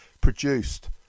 produced